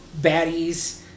baddies